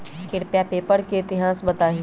कृपया पेपर के इतिहास बताहीं